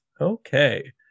Okay